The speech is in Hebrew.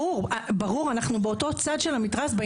המדדים --- ברור.